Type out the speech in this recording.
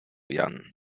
jan